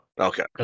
Okay